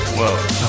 whoa